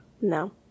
No